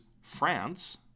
France